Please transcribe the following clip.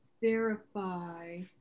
verify